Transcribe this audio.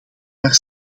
maar